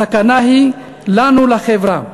הסכנה היא לנו, לחברה.